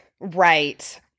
Right